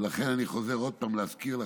לכן אני חוזר עוד פעם להזכיר לכם: